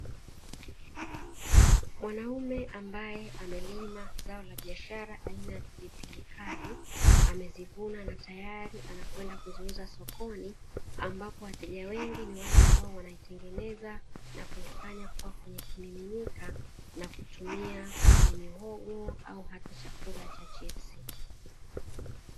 Mwanaume ambaye amelima zao la biashara aina ya pilipili kali amezivuna, na tayari anakwenda kuziuza sokoni ambapo wateja wengi ni wale wanayoitengeneza na kuifanya kuwa kwenye kimiminika na kutumia kwenye mihogo au hata chakula cha chipsi.